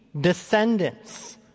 descendants